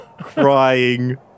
crying